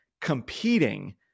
competing